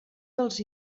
dels